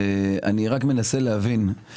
אני רק מנסה להבין,